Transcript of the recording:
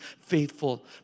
faithful